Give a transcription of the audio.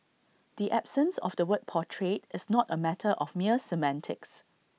the absence of the word portrayed is not A matter of mere semantics